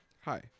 Hi